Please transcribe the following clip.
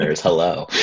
hello